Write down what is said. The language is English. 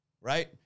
right